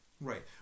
Right